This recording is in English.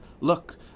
Look